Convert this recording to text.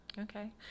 okay